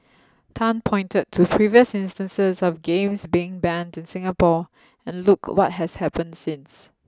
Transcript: Tan pointed to previous instances of games being banned in Singapore and look what has happened since